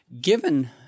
given